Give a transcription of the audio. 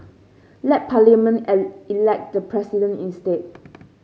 let Parliament elect the President instead